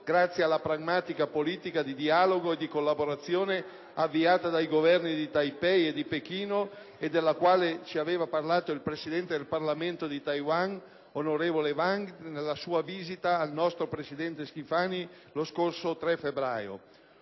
grazie alla pragmatica politica di dialogo e di collaborazione avviata dai Governi di Taipei e Pechino, della quale si aveva parlato il presidente del Parlamento di Taiwan, onorevole Wang, nella sua visita al nostro presidente Schifani lo scorso 3 febbraio.